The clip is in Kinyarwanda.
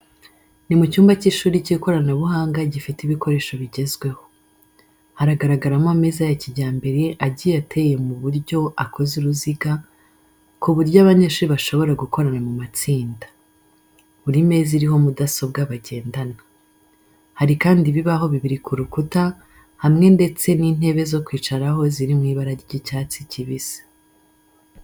Ni mu cyumba cy’ishuri cy’ikoranabuhanga gifite ibikoresho bigezweho. Haragaragaramo ameza ya kijyambere agiye ateye mu buryo akoze uruziga, ku buryo abanyeshuri bashobora gukorana mu matsinda. Buri meza iriho mudasobwa bagendana. Hari kandi ibibaho bibiri ku rukuta hamwe ndetse n'intebe zo kwicaraho ziri mu ibara ry'icyatsi kibisi.